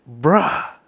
bruh